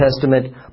Testament